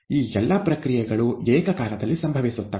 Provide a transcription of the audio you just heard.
ಈ ಎಲ್ಲಾ ಪ್ರಕ್ರಿಯೆಗಳು ಏಕಕಾಲದಲ್ಲಿ ಸಂಭವಿಸುತ್ತವೆ